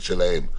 שלהם,